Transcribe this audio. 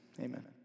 Amen